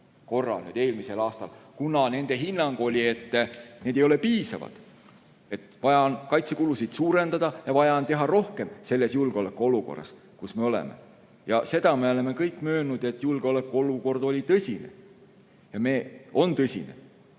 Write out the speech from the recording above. arengukavad eelmisel aastal, kuna nende hinnang oli, et need ei ole piisavad. Vaja on kaitsekulusid suurendada ja vaja on teha rohkem selles julgeolekuolukorras, kus me oleme. Ja seda me oleme kõik möönnud, et julgeolekuolukord oli tõsine. See on tõsine